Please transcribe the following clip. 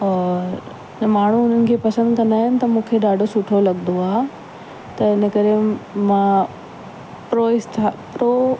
और ऐं माण्हू इन्हनि खे पसंदि कंदा आहिनि त मूंखे ॾाढो सुठो लॻंदो आहे त इनकरे मां प्रोहिस्त प्रो